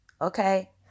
Okay